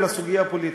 אלא סוגיה פוליטית.